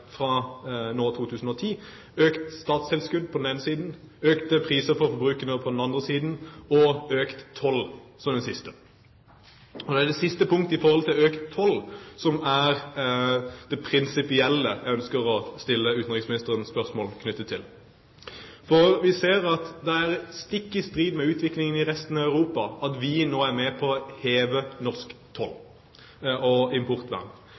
fra nå, 2010, økt statstilskudd på den ene siden, økte priser for forbrukerne på den andre siden og økt toll, som det siste. Nå er det det siste punktet, økt toll, som er det prinsipielle jeg ønsker å stille utenriksministeren spørsmål om. Vi ser at det er stikk i strid med utviklingen i resten av Europa at vi nå er med på å heve norsk toll- og